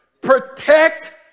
Protect